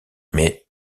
mais